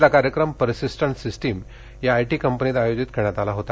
पुण्यातला कार्यक्रम Persistent System या आयटी कंपनीत आयोजित करण्यात आला होता